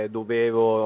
dovevo